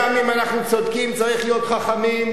גם אם אנחנו צודקים צריך להיות חכמים,